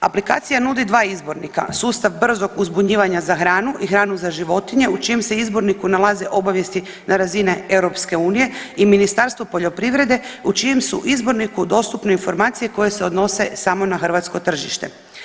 Aplikacija nudi dva izbornika, sustav brzog uzbunjivanja za hranu i hranu za životinje u čijem se izborniku nalaze obavijesti na razini EU i Ministarstvo poljoprivrede u čijem su izborniku dostupne informacije koje se odnose samo na hrvatsko tržište.